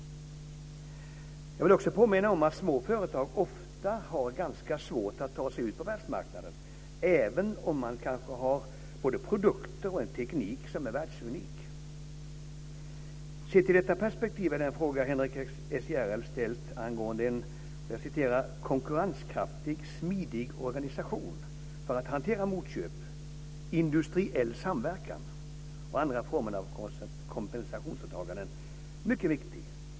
Jag vill också påminna om att små företag ofta har ganska svårt att ta sig ut på världsmarknaden även om de kanske har produkter och en teknik som är världsunik. Sett i detta perspektiv är den fråga som Henrik S Järrel har ställt angående "en konkurrenskraftig, smidig organisation för att hantera motköp, industriell samverkan och andra former av kompensationsåtaganden" mycket viktig.